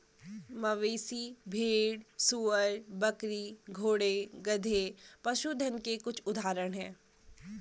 मवेशी, भेड़, सूअर, बकरी, घोड़े, गधे, पशुधन के कुछ उदाहरण हैं